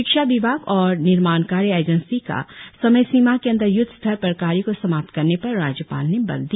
शिक्षा विभाग और निर्माणकार्य एजेंसी का समयसीमा के अंदर यूद्ध स्तर पर कार्य को समाप्त करने पर राज्यपाल ने बल दिया